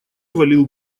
валил